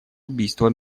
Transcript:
убийства